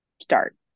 start